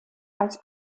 als